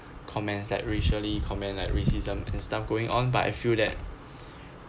comments that racially comment like racism and stuff going on but I feel that